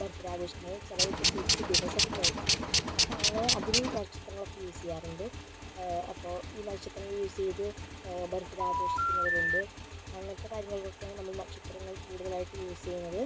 birth day ആഘോഷിക്കുന്നത് ചിലരിപ്പോൾ ജനിച്ച ദിവസത്തിലായിരിക്കും അപ്പോൾ അങ്ങനെ അതിനും നക്ഷത്രങ്ങളൊക്കെ യൂസ് ചെയ്യാറുണ്ട് അപ്പോൾ ഈ നക്ഷത്രങ്ങള് യൂസ് ചെയ്ത് ബർത്ത് ഡേ ആഘോഷിക്കുന്നവരുണ്ട് അങ്ങനത്തെ കാര്യങ്ങൾക്കൊക്കെയാണ് നമ്മള് നക്ഷത്രങ്ങൾ കൂടുതലായിട്ട് യൂസ് ചെയ്യുന്നത്